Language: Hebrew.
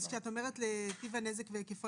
אז למה הכוונה ב"טיב הנזק והיקפו"?